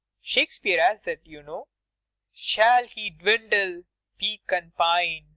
shake speare has it, you know shall he dwindle, peak and pine